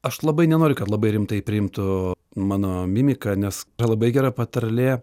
aš labai nenoriu kad labai rimtai priimtų mano mimiką nes yra labai gera patarlė